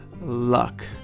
luck